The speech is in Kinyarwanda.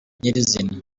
nyir’izina